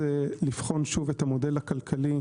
זה לבחון שוב את המודל הכלכלי,